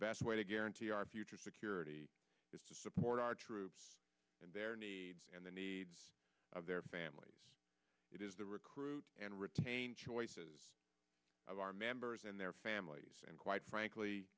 best way to guarantee our future security is to support our troops and their needs and the needs of their families it is the recruit and retain choices of our members and their families and quite frankly